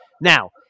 Now